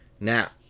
Now